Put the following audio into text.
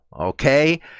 okay